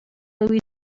louie